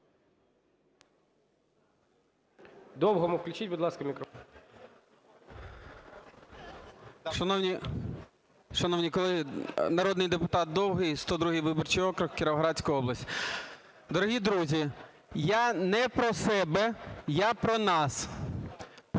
Довгому включіть, будь ласка, мікрофон. 16:13:50 ДОВГИЙ О.С. Шановні колеги, народний депутат Довгий, 102 виборчий округ, Кіровоградська область. Дорогі друзі, я не про себе, я про нас